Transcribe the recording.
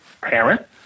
parent